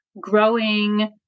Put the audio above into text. growing